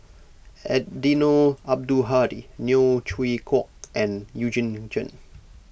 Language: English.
Eddino Abdul Hadi Neo Chwee Kok and Eugene Chen